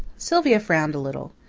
sylvia frowned a little.